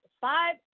five